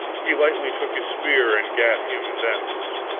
he lightly took his spear and gat him thence.